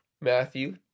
Matthew